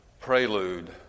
prelude